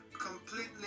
completely